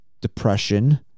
depression